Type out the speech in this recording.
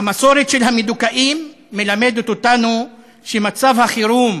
"המסורת של המדוכאים מלמדת אותנו ש'מצב החירום'